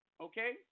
Okay